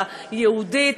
היהודית,